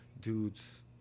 dudes